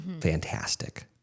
Fantastic